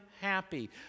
happy